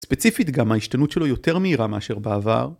ספציפית גם, ההשתנות שלו יותר מהירה מאשר בעבר.